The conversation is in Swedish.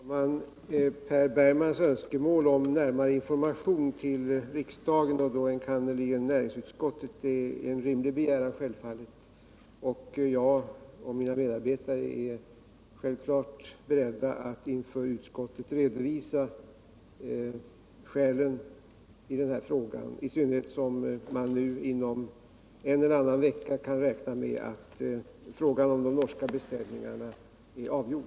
Herr talman! Per Bergmans önskemål om närmare information till riksdagen, enkannerligen till näringsutskottet, är en rimlig begäran. Jag och mina medarbetare är självfallet beredda att inför utskottet redovisa skälen i den här frågan, i synnerhet som man nu inom en eller annan vecka kan räkna med att frågan om de norska beställningarna är avgjord.